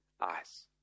eyes